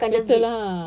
just settle lah